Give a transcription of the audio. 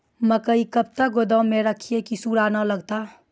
मकई कब तक गोदाम राखि की सूड़ा न लगता?